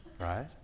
right